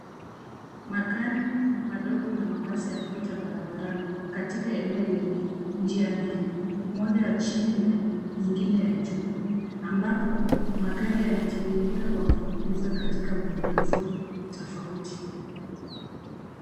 Magari madogo na mabasi yanapita barabarani katika eneo lenye njia mbili, moja ya chini na nyingine ya juu ambapo magari yanatiririka kwa mfululizo katika mwelekezo tofauti.